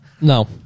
No